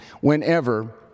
whenever